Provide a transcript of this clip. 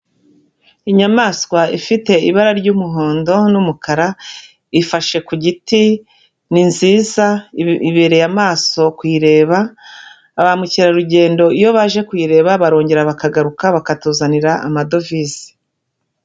Inyamaswa ifite ibara ry'umuhondo n'umukara ifashe ku giti, ni nziza ibereye amaso kuyireba, ba mukerarugendo iyo baje kuyireba barongera bakagaruka bakatuzanira amadovize.